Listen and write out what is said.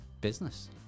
business